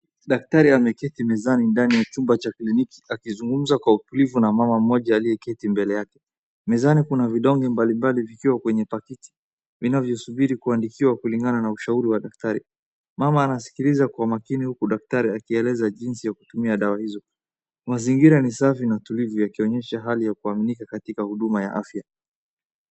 Daktari ameketi mezani ndani ya chumba cha kliniki akizungumza kwa utulivu na mama mmoja aliyekiti mbele yake. Mezani kuna vidonge mbalimbali vikiwa kwenye pakiti vinavyosubiri kuandikiwa kulingana na ushauri wa daktari. Mama anasikiliza kwa makini huku daktari akieleza jinsi ya kutumia dawa hizo. Mazingira ni safi na utulivu yakiionyesha hali ya kuaminika katika huduma ya afya.